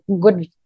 good